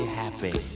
happy